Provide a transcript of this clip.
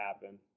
happen